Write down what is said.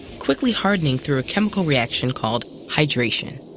quickly hardening through a chemical reaction called hydration.